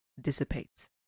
dissipates